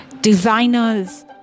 Designers